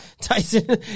Tyson